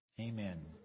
Amen